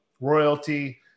royalty